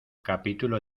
capítulo